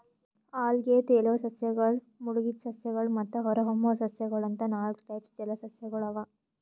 ಅಲ್ಗೆ, ತೆಲುವ್ ಸಸ್ಯಗಳ್, ಮುಳಗಿದ್ ಸಸ್ಯಗಳ್ ಮತ್ತ್ ಹೊರಹೊಮ್ಮುವ್ ಸಸ್ಯಗೊಳ್ ಅಂತಾ ನಾಲ್ಕ್ ಟೈಪ್ಸ್ ಜಲಸಸ್ಯಗೊಳ್ ಅವಾ